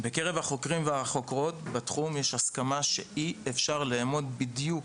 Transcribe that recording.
בקרב החוקרים והחוקרות בתחום יש הסכמה שאי אפשר לאמוד בדיוק